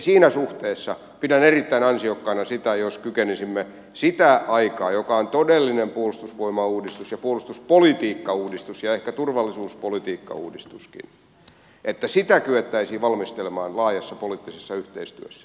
siinä suhteessa pidän erittäin ansiokkaana jos kykenisimme sitä aikaa koskevia muutoksia joihin kuuluu todellinen puolustusvoimauudistus puolustuspolitiikkauudistus ja ehkä turvallisuuspolitiikkauudistuskin valmistelemaan laajassa poliittisessa yhteistyössä